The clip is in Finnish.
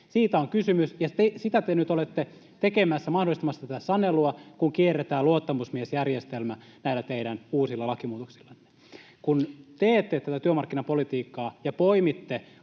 Siitä on kysymys, ja sitä te nyt olette tekemässä, mahdollistamassa tätä sanelua, kun kierretään luottamusmiesjärjestelmä näillä teidän uusilla lakimuutoksillanne. Kun teette tätä työmarkkinapolitiikkaa ja poimitte